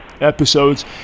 episodes